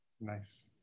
nice